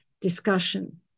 discussion